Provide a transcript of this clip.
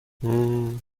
هومممم